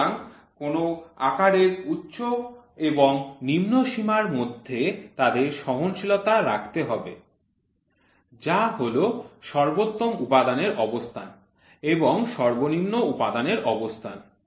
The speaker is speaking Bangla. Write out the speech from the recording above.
সুতরাং কোন আকারের উচ্চ এবং নিম্ন সীমার মধ্যে তাদের সহনশীলতা রাখতে হবে যা হল সর্বোত্তম উপাদানের অবস্থান এবং সর্বনিম্ন উপাদানের অবস্থান